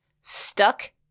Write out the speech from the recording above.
Stuck